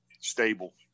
stable